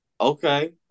Okay